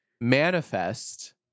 manifest